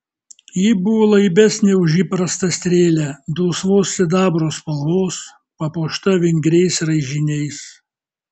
ji buvo laibesnė už įprastą strėlę dulsvos sidabro spalvos papuošta vingriais raižiniais